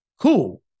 cool